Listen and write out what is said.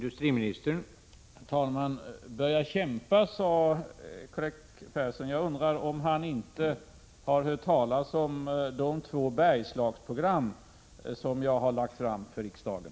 Herr talman! Börja kämpa, sade Karl-Erik Persson. Jag undrar om han inte har hört talas om de två Bergslagspaket som jag lagt fram för riksdagen.